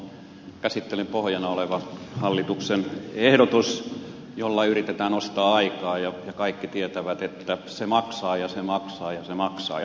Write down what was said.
toinen vaihtoehto on käsittelyn pohjana oleva hallituksen ehdotus jolla yritetään ostaa aikaa ja kaikki tietävät että se maksaa ja se maksaa ja se maksaa